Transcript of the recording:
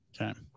Okay